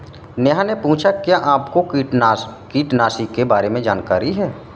नेहा ने पूछा कि क्या आपको कीटनाशी के बारे में जानकारी है?